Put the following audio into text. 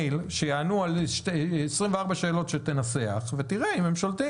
שיענו על 24 שאלות שתנסח ותראה אם הם שולטים.